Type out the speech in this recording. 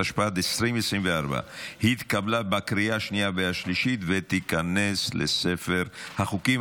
התשפ"ד 2024 התקבלה בקריאה השנייה ובקריאה השלישית ותיכנס לספר החוקים.